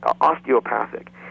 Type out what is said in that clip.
osteopathic